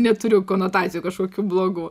neturiu konotacijų kažkokių blogų